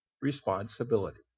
responsibility